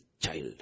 child